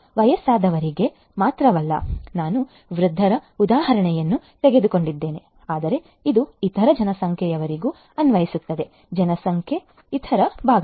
ವಯಸ್ಸಾದವರಿಗೆ ಮಾತ್ರವಲ್ಲ ನಾನು ವೃದ್ಧರ ಉದಾಹರಣೆಯನ್ನು ತೆಗೆದುಕೊಂಡಿದ್ದೇನೆ ಆದರೆ ಇದು ಇತರ ಜನಸಂಖ್ಯೆಯವರಿಗೂ ಅನ್ವಯಿಸುತ್ತದೆ ಜನಸಂಖ್ಯೆಯ ಇತರ ಭಾಗಗಳು